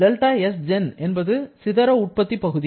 δsgen என்பது சிதற உற்பத்தி பகுதி